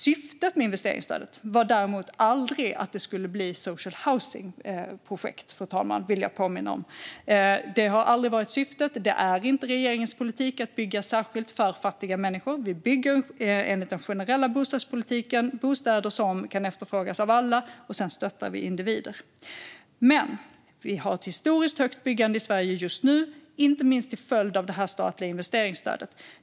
Syftet med investeringsstödet har dock aldrig varit att skapa social housing-projekt. Det är inte regeringens politik att bygga särskilt för fattiga människor. Vi bygger enligt den generella bostadspolitiken bostäder som kan efterfrågas av alla, och sedan stöttar vi individer. Just nu har vi ett historiskt högt byggande i Sverige, inte minst till följd av det statliga investeringsstödet.